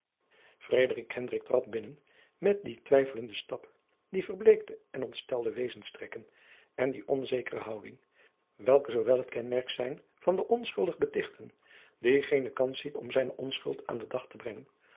trad binnen met dien weifelenden stap die verbleekte en ontstelde wezenstrekken en die onzekere houding welke zoowel het kenmerk zijn van den onschuldig betichten die geene kans ziet om zijne onschuld aan den dag te brengen